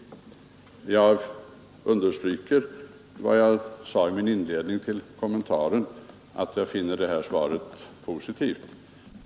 Jag understryker vad jag sade i min inledning till kommentaren, att jag finner svaret positivt.